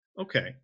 okay